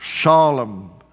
solemn